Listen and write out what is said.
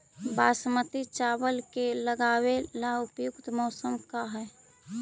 बासमती चावल के लगावे ला उपयुक्त मौसम का है?